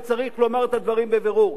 וצריך לומר את הדברים בבירור.